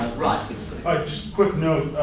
rod just a quick note.